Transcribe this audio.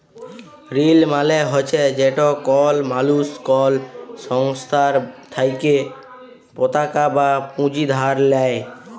ঋল মালে হছে যেট কল মালুস কল সংস্থার থ্যাইকে পতাকা বা পুঁজি ধার লেই